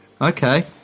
Okay